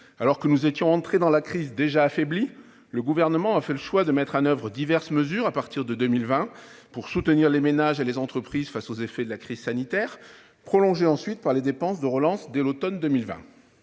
Alors que nous étions entrés dans la crise déjà affaiblis, le Gouvernement a fait le choix, à partir de 2020, de mettre en oeuvre diverses mesures pour soutenir les ménages et les entreprises face aux effets de la crise sanitaire, mesures prolongées par des dépenses de relance dès l'automne 2020.